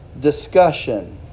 discussion